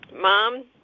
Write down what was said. Mom